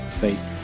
Faith